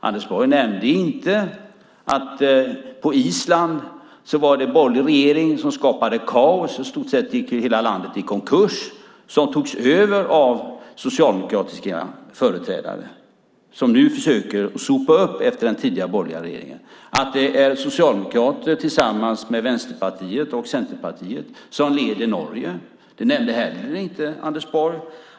Anders Borg nämnde inte att det på Island var en borgerlig regering som skapade kaos så att hela landet i princip gick i konkurs. Där har socialdemokratiska företrädare tagit över och försöker sopa upp efter den borgerliga regeringen. Det är socialdemokrater tillsammans med vänsterpartiet och centerpartiet som leder Norge. Det nämnde inte Anders Borg.